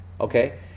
Okay